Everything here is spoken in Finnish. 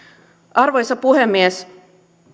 arvoisa puhemies